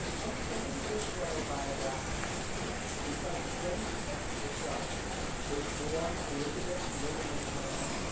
and it's a little bit autobiographical because betty smith herself was born elizabeth lillian wehner,